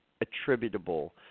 attributable